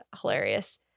hilarious